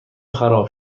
خراب